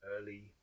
early